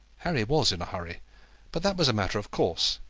harry was in a hurry but that was a matter of course.